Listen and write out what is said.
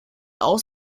auch